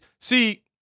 see